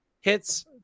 hits